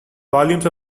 volumes